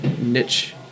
niche